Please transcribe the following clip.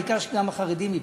העיקר שגם החרדים ייפגעו.